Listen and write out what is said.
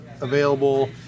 available